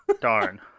Darn